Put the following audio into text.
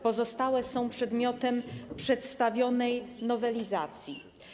Pozostałe są przedmiotem przedstawionej nowelizacji.